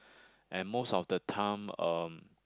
and most of the time um